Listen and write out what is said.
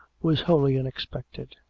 was wholly unexpected.